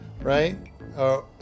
right